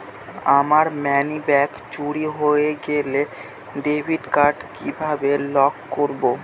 আমার মানিব্যাগ চুরি হয়ে গেলে ডেবিট কার্ড কিভাবে লক করব?